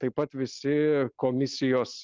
taip pat visi komisijos